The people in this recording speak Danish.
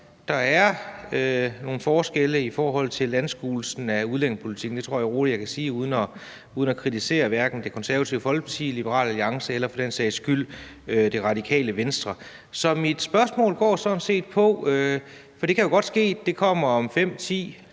der er nogle forskelle i forhold til anskuelsen af udlændingepolitikken. Det tror jeg roligt jeg kan sige uden at kritisere hverken Det Konservative Folkeparti, Liberal Alliance eller for den sags skyld Det Radikale Venstre. Så mit spørgsmål går sådan set på – for det kan jo godt ske, at der kommer et